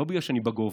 לא בגלל שאני בגובה,